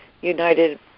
united